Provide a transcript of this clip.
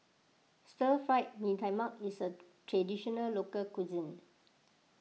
Stir Fried Mee Tai Mak is a Traditional Local Cuisine